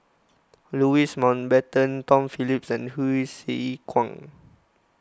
Louis Mountbatten Tom Phillips and Hsu Tse Kwang